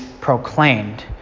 proclaimed